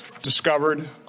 Discovered